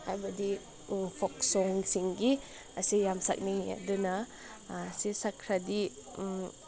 ꯍꯥꯏꯕꯗꯤ ꯐꯣꯛ ꯁꯣꯡ ꯁꯤꯡꯒꯤ ꯑꯁꯤ ꯌꯥꯝ ꯁꯛꯅꯤꯡꯉꯤ ꯑꯗꯨꯅ ꯁꯤ ꯁꯛꯈ꯭ꯔꯗꯤ